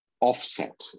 offset